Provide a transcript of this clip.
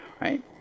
right